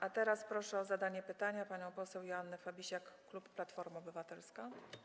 A teraz proszę o zadanie pytania panią poseł Joannę Fabisiak, klub Platforma Obywatelska.